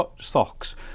stocks